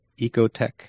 Ecotech